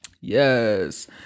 Yes